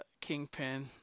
Kingpin